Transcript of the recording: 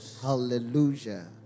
Hallelujah